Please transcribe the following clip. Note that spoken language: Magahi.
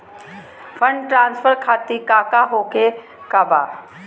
फंड ट्रांसफर खातिर काका होखे का बा?